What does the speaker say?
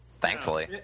thankfully